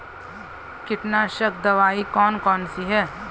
कीटनाशक दवाई कौन कौन सी हैं?